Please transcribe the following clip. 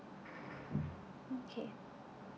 okay